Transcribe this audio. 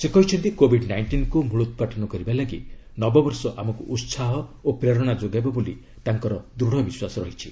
ସେ କହିଛନ୍ତି କୋବିଡ୍ ନାଇଷ୍ଟିନ୍କୃ ମ୍ବଳୋପାଟନ କରିବାପାଇଁ ନବବର୍ଷ ଆମକ୍ର ଉତ୍ସାହ ଓ ପ୍ରେରଣା ଯୋଗାଇବ ବୋଲି ତାଙ୍କର ତାଙ୍କର ଦୂଢ଼ ବିଶ୍ୱାସ ରହିଛି